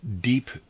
deep